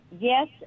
Yes